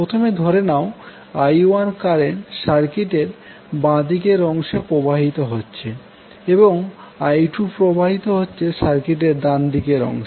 প্রথমে ধরে নাও I1কারেন্ট সার্কিটের বাঁ দিকের অংশে প্রবাহিত হচ্ছে এবং I2প্রবাহিত হচ্ছে সার্কিটের ডান দিকের অংশে